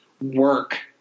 work